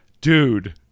Dude